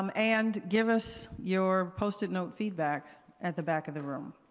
um and give us your post-it note feedback at the back of the room.